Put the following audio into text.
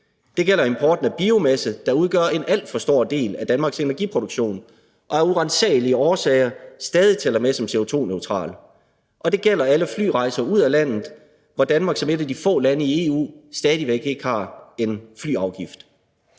Det gælder importen af biomasse, der udgør en alt for stor del af Danmarks energiproduktion og af uransagelige årsager stadig tæller med som CO2-neutral. Og det gælder alle flyrejser ud af landet, hvor Danmark som et af få lande i EU stadig væk ikke har en flyafgift.